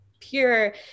pure